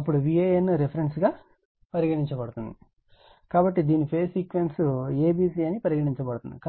అప్పుడు Van ను reference గా పరిగణించబడుతుంది కాబట్టి దీని phase sequence a b c అని పరిగణించబడుతుంది